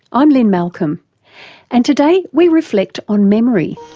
i'm lynne malcolm and today we reflect on memory.